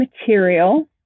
material